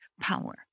power